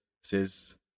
says